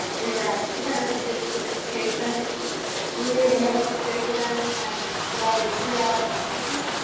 we ran three hundred and fifty six patients through the medical station and provided triage and treatment.